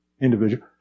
individual